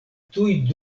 tuj